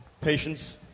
patience